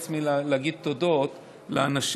אני ארשה לעצמי להגיד תודות לאנשים,